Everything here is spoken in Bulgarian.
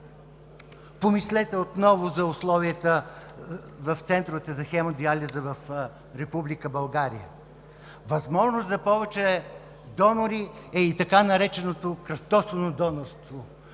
Помислете отново за условията в центровете за хемодиализа в Република България. Възможност за повече донори е и така нареченото „кръстосано донорство“.